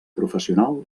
professional